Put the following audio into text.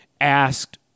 asked